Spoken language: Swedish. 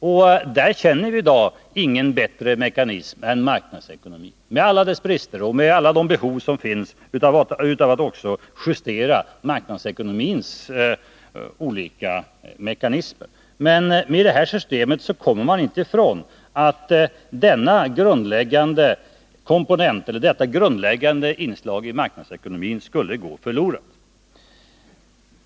Och där känner vii dag ingen bättre mekanism än marknadsekonomin, med alla dess brister och med alla de behov som finns av att justera också marknadsekonomin. Men med det föreslagna systemet för löntagarfonder kommer man inte ifrån att detta grundläggande inslag i marknadsekonomin skulle gå förlorat.